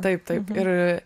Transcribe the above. taip taip ir